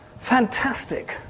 Fantastic